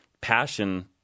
passion